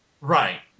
Right